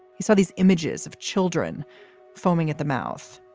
he saw these images of children foaming at the mouth.